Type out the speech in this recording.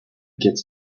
gets